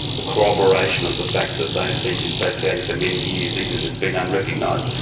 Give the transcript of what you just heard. the corroboration of the fact that they'd been dissociated for many years even if it's been unrecognised,